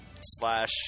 slash